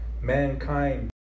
mankind